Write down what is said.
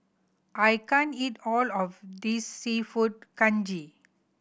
I can't eat all of this Seafood Congee